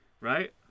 Right